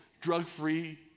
drug-free